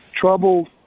troubled